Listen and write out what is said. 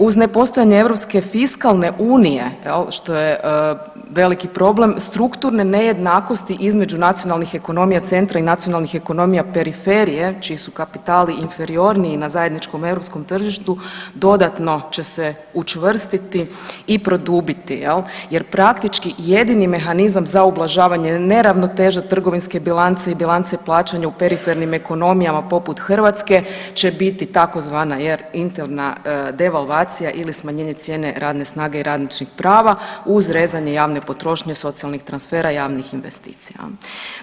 Uz ne postojanje europske fiskalne unije jel što je veliki problem strukturne nejednakosti između nacionalnih ekonomija centra i nacionalnih ekonomija periferije čiji su kapitali inferiorniji na zajedničkom europskom tržištu dodatno će se učvrstiti i produbiti jel jer praktički jedini mehanizam za ublažavanje neravnoteže trgovinske bilance i bilance plaćanja u perifernim ekonomijama poput Hrvatske će biti tzv. jel interna devalvacija ili smanjenje cijene radne snage i radničkih prava uz rezanje javne potrošnje socijalnih transfera javnih investicija jel.